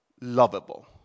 lovable